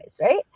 right